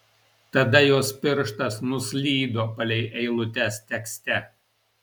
tada jos pirštas nuslydo palei eilutes tekste